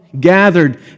gathered